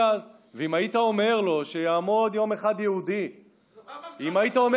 היית מביא אותו לזמננו ושואל אותו אם זה נכון